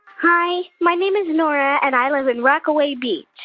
hi. my name is nora, and i live in rockaway beach.